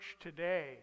today